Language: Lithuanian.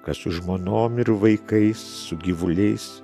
kas su žmonom ir vaikais su gyvuliais